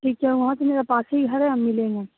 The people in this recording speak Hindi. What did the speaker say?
अच्छा वहाँ से पास ही मेरा घर है हम मिलेंगे